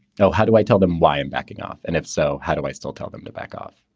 no. how do i tell them why i'm backing off? and if so, how do i still tell them to back off?